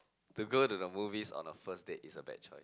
to go to the movies on the first date is a bad choice